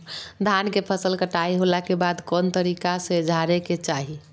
धान के फसल कटाई होला के बाद कौन तरीका से झारे के चाहि?